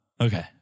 Okay